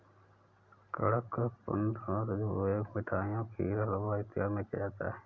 कडपहनुत का उपयोग मिठाइयों खीर हलवा इत्यादि में किया जाता है